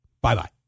Bye-bye